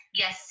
yes